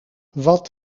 wat